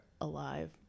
alive